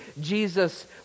Jesus